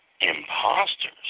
Imposters